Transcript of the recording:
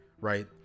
Right